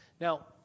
Now